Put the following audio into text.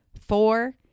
Four